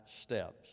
steps